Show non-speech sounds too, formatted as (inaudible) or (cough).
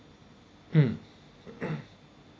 mm (noise)